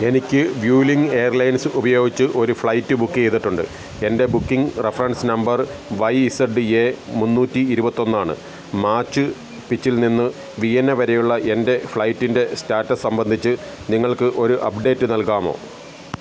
എനിക്ക് Vueling airlines ഉപയോഗിച്ച് ഒരു ഫ്ലൈറ്റ് ബുക്ക് ചെയ്തിട്ടുണ്ട് എൻ്റെ booking reference number Y Z A മുന്നൂറ്റി ഇരുപത്തൊന്നാണ് മാച്ച് പിച്ചിൽ നിന്ന് വിയന്ന വരെയുള്ള എൻ്റെ ഫ്ലൈറ്റിൻ്റെ സ്റ്റാറ്റസ് സംബന്ധിച്ച് നിങ്ങൾക്ക് ഒരു അപ്ഡേറ്റ് നൽകാമോ